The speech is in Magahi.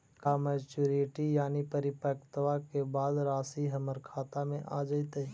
का मैच्यूरिटी यानी परिपक्वता के बाद रासि हमर खाता में आ जइतई?